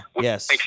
Yes